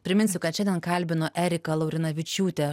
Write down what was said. priminsiu kad šiandien kalbinu eriką laurinavičiūtę